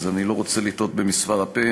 אז אני לא רוצה לטעות במספר ה"פ".